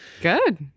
Good